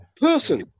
person